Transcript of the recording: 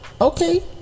okay